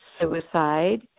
suicide